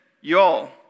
y'all